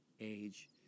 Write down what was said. age